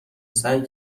سعی